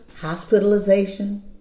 hospitalization